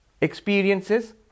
experiences